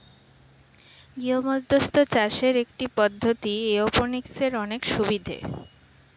গৃহমধ্যস্থ চাষের একটি পদ্ধতি, এরওপনিক্সের অনেক সুবিধা